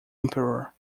emperor